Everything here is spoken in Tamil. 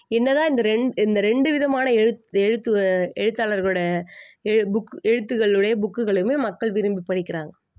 என்ன தான் இந்த ரெண்டு இந்த ரெண்டு விதமான எழுத் எழுத்து எழுத்தாளர்களோடய எ புக்கு எழுத்துகளுடைய புக்குகளுமே மக்கள் விரும்பி படிக்கிறாங்க